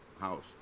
house